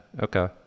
Okay